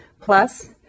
Plus